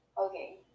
Okay